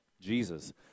Jesus